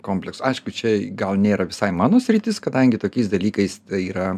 komplektų aišku čia gal nėra visai mano sritis kadangi tokiais dalykais yra